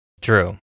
True